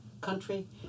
country